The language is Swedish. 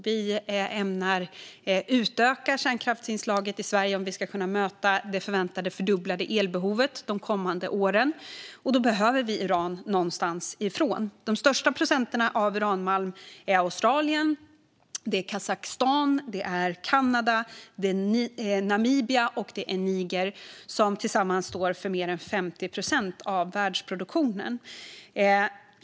Vi ämnar utöka kärnkraftsinslaget i Sverige för att vi ska kunna möta det förväntade fördubblade elbehovet de kommande åren, och då behöver vi få uran någonstans ifrån. De största producenterna av uranmalm är Australien, Kazakstan, Kanada, Namibia och Niger, som tillsammans står för mer än 50 procent av världsproduktionen.